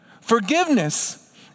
Forgiveness